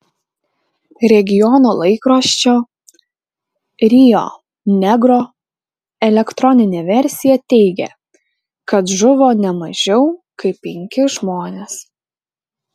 regiono laikraščio rio negro elektroninė versija teigia kad žuvo ne mažiau kaip penki žmonės